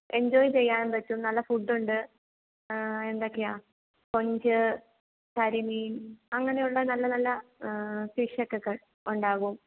enjoy ചെയ്യാൻ പറ്റും നല്ല ഫുഡ് ഉണ്ട് എന്തൊക്കെയാണ് കൊഞ്ച് കരിമീൻ അങ്ങനെയുള്ള നല്ല നല്ല ഫിഷ് ഒക്കെ ക ഉണ്ടാകും